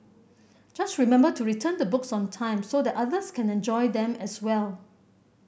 just remember to return the books on time so that others can enjoy them as well